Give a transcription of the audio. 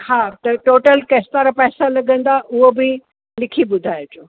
हा त टोटल केतिरा पैसा लगंदा उहा बि लिखी ॿुधाएजो